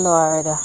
Lord